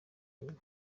nyuma